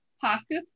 Pasco's